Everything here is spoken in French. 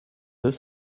deux